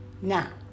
Now